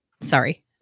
sorry